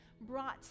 brought